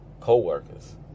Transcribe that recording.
co-workers